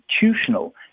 constitutional